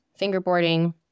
fingerboarding